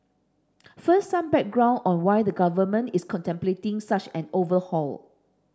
first some background on why the Government is contemplating such an overhaul